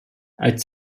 als